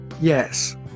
yes